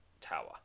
tower